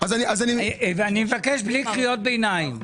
אני מבקש בלי קריאות ביניים.